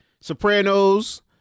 Sopranos